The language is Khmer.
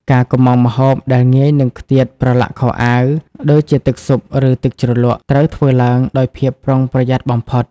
ការកម្ម៉ង់ម្ហូបដែលងាយនឹងខ្ទាតប្រឡាក់ខោអាវ ដូចជាទឹកស៊ុប ឬទឹកជ្រលក់ ត្រូវធ្វើឡើងដោយភាពប្រុងប្រយ័ត្នបំផុត។